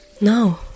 No